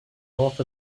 north